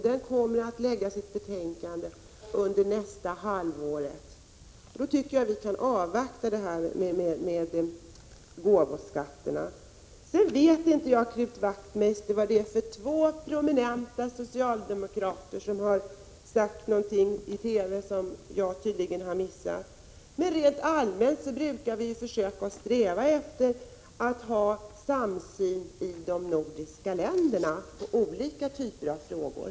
Den kommer att överlämna sitt betänkande under första halvåret 1987, och då tycker jag att vi kan avvakta med gåvoskatterna. Sedan vet jag inte, Knut Wachtmeister, vilka två prominenta socialdemokrater som har sagt någonting i TV som jag tydligen har missat. Men rent allmänt brukar vi sträva efter att ha samsyn i de nordiska länderna i olika frågor.